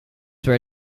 where